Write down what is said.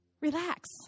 Relax